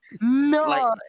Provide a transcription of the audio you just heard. No